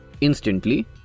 instantly